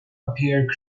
appear